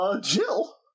Jill